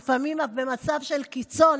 ולפעמים אף במצב קיצון,